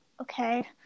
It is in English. okay